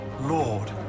lord